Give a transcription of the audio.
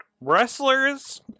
wrestlers